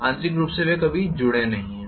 आंतरिक रूप से वे कभी जुड़े नहीं हैं